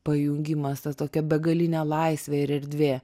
pajungimas tas tokia begalinė laisvė ir erdvė